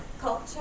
culture